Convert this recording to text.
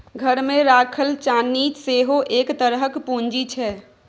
घरमे राखल चानी सेहो एक तरहक पूंजी छै